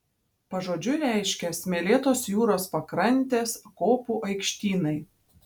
pažodžiui reiškia smėlėtos jūros pakrantės kopų aikštynai